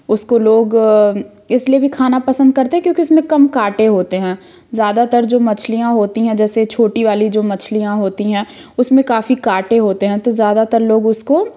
उसको लोग इसलिए भी खाना पसंद करते हैं क्योंकि उसमें कम काँटे होते हैं ज़्यादातर जो मछलियाँ होती हैं जैसे छोटी वाली जो मछलियाँ होती हैं उसमें काफ़ी काँटे होते हैं तो ज़्यादातर लोग उसको